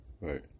right